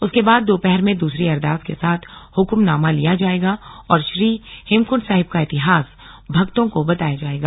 उसके बाद दोपहर में दूसरी अरदास के साथ हुकम नामा लिया जायेगा और श्री श्री हेमकुण्ड साहिब का इतिहास भक्तों को बताया जायेगा